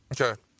Okay